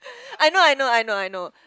I know I know I know I know